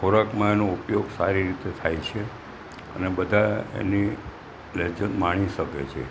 ખોરાકમાં એનો ઉપયોગ સારી રીતે થાય છે અને બધાં એની લિજ્જત માણી શકે છે